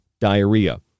diarrhea